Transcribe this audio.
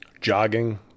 jogging